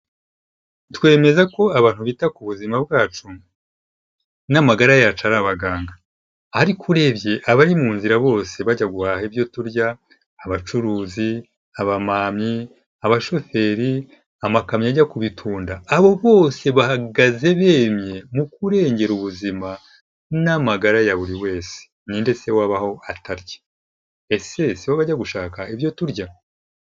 Twemeza ko abantu bita ku buzima bwacu n'amagara yacu ari abaganga, ariko urebye abari mu nzira bose bajya guhaha ibyo turya, abacuruzi, abamamyi, abashoferi, amakamyo ajya kubitunda, abo bose bahagaze bemye mu kurengera ubuzima, n'amagara ya buri wese, ni nde se wabaho atarya? Ese si bo bajya gushaka ibyo turya?